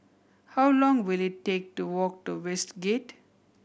how long will it take to walk to Westgate